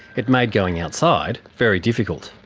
it made going outside very difficult.